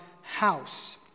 house